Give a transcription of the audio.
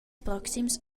proxims